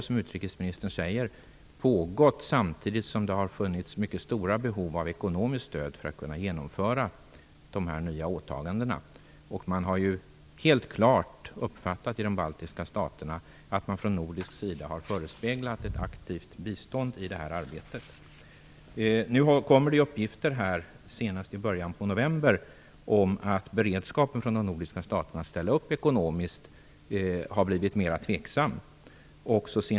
Som utrikesministern säger har detta arbete pågått samtidigt som det har funnits mycket stora behov av ekonomiskt stöd för att man skall kunna uppfylla de nya åtagandena. Man har i de baltiska staterna klart uppfattat att de nordiska länderna har förespeglat ett aktivt bistånd i detta arbete. Nu kom det senast i början av november uppgifter om att beredskapen från de nordiska staterna att ställa upp ekonomiskt har blivit mera tveksam.